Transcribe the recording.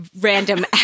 random